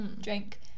drink